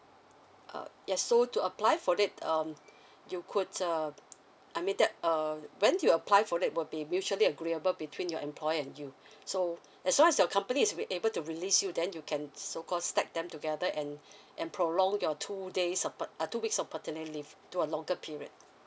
uh yes so to apply for that um you could uh I mean that um when you apply for that will be mutually agreeable between your employer and you so as long as your company is be able to release you then you can so call stack them together and and prolonged your two days support uh two weeks of paternity leave to a longer period